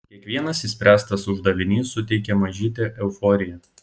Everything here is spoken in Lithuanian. kiekvienas išspręstas uždavinys suteikia mažytę euforiją